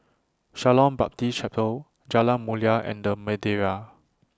Shalom Baptist Chapel Jalan Mulia and The Madeira